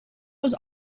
was